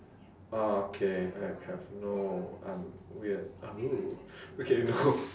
ah okay I have no I'm weird okay no